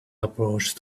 approach